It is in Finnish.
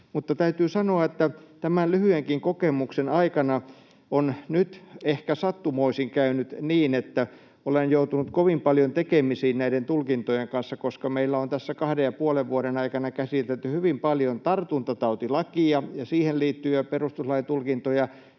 Täytyy sanoa, että tämän lyhyenkin kokemuksen aikana on nyt ehkä sattumoisin käynyt niin, että olen joutunut kovin paljon tekemisiin näiden tulkintojen kanssa, koska meillä on tässä kahden ja puolen vuoden aikana käsitelty hyvin paljon tartuntatautilakia ja siihen liittyviä perustuslain tulkintoja